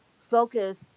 focus